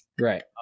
Right